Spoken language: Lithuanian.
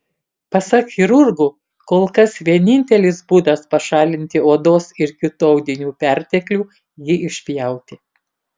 pasak chirurgų kol kas vienintelis būdas pašalinti odos ir kitų audinių perteklių jį išpjauti